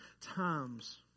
times